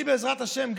אני, בעזרת השם,